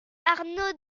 arnau